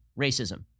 racism